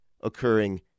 occurring